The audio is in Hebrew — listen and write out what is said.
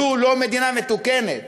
זו לא מדינה מתוקנת.